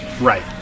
Right